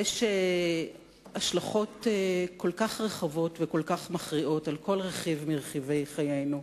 יש השלכות כל כך רחבות וכל כך מכריעות על כל רכיב מרכיבי חיינו,